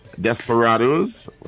Desperados